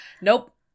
Nope